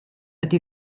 ydy